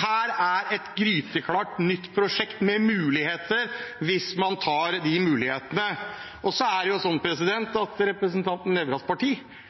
Her er et gryteklart nytt prosjekt med muligheter, hvis man tar dem. Så er det slik at representanten Nævras parti